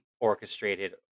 orchestrated